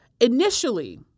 initially